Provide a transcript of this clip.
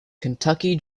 kentucky